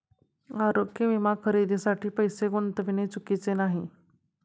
आरोग्य विमा खरेदीसाठी पैसे गुंतविणे चुकीचे नाही